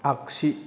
आगसि